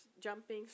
jumping